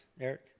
Eric